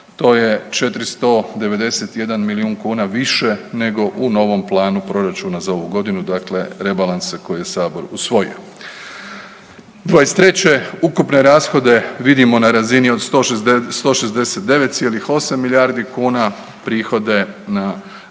to je 491 milijun kuna više nego u novom planu Proračuna za ovu godinu, dakle rebalansa koji je Sabor usvojio. 23. ukupne rashode vidimo na razini od 169,8 milijardi kuna, prihode na, pardon,